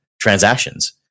transactions